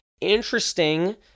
interesting